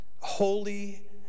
holy